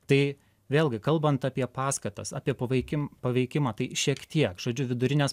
tai vėlgi kalbant apie paskatas apie poveikį paveikimą tai šiek tiek žodžiu vidurines